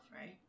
right